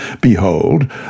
Behold